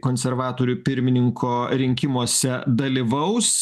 konservatorių pirmininko rinkimuose dalyvaus